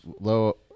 low